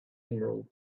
emerald